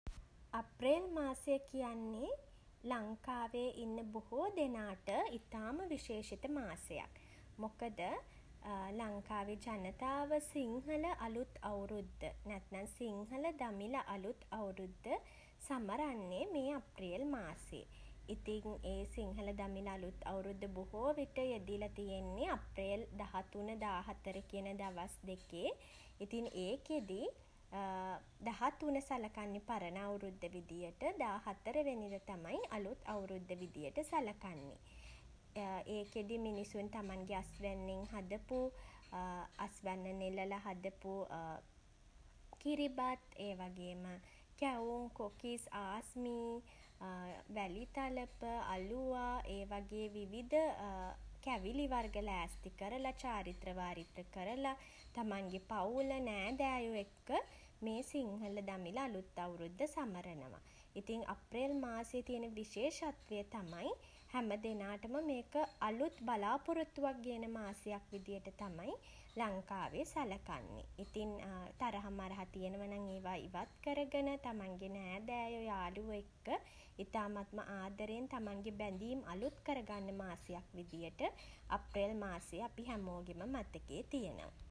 අප්‍රේල් මාසය කියන්නේ ලංකාවේ ඉන්න බොහෝ දෙනාට ඉතාම විශේෂිත මාසයක්. මොකද ලංකාවේ ජනතාව සිංහල අලුත් අවුරුද්ද නැත්නම් සිංහල දමිළ අලුත් අවුරුද්ද සමරන්නේ මේ අප්‍රේල් මාසේ. ඉතින් ඒ සිංහල දමිළ අලුත් අවුරුද්ද බොහෝ විට යෙදිලා තියෙන්නේ අප්‍රේල් දහ තුන දාහතර කියන දවස් දෙකේ. ඉතින් ඒකෙදී දහ තුන සලකන්නේ පරණ අවුරුද්ද විදියට. දාහතර වෙනිදා තමයි අලුත් අවුරුද්ද විදිහට සලකන්නේ. ඒකෙදි මිනිසුන් තමන්ගේ අස්වැන්නෙන් හදපු අස්වැන්න නෙළල හදපු කිරිබත් ඒවගේම කැවුම් කොකිස් ආස්මී වැලිතලප අලුවා ඒ වගේ විවිධ කැවිලි වර්ග ලෑස්ති කරලා චාරිත්‍ර වාරිත්‍ර කරලා තමන්ගේ පවුල නෑදෑයෝ එක්ක මේ සිංහල දමිළ අලුත් අවුරුද්ද සමරනවා. ඉතිං අප්‍රේල් මාසේ තියෙන විශේෂත්වය තමයි හැම දෙනාටම මේක අලුත් බලාපොරොත්තුවක් ගෙන මාසයක් විදිහට තමයි ලංකාවේ සලකන්නේ. ඉතින් තරහ මරහ තියෙනවනම් ඒවා ඉවත් කරගෙන තමන්ගේ නෑදෑයෝ යාළුවෝ එක්ක ඉතාමත්ම ආදරයෙන් තමන්ගේ බැඳීම් අලුත් කරගන්න මාසයක් විදිහට අප්‍රේල් මාසය අපි හැමෝගෙම මතකේ තියෙනවා.